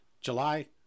July